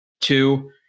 two